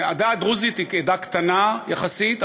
העדה הדרוזית היא עדה קטנה יחסית,